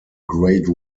grade